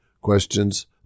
Questions